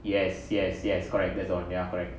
yes yes yes correct that's the one ya correct